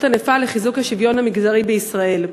ענפה לחיזוק השוויון המגדרי בישראל.